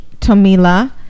tomila